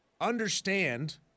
understand